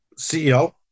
CEO